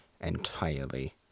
entirely